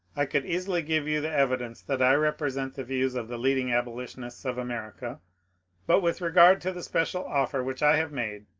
i could easily give you the evidence that i represent the views of the leading abolitionists of america but with regard to the special offer which i have made,